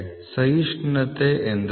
ಸಹಿಷ್ಣುತೆ ಎಂದರೇನು